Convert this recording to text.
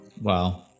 Wow